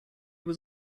was